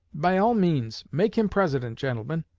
by all means make him president, gentlemen.